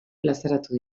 plazaratu